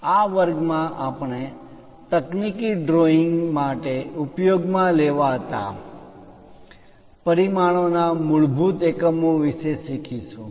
આ વર્ગ માં વ્યાખ્યાન માં આપણે તકનીકી ડ્રોઇંગ માટે ઉપયોગમાં લેવાતા પરિમાણો ના મૂળભૂત એકમો વિશે શીખીશું